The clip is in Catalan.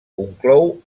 conclou